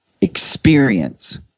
experience